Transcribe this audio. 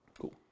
Cool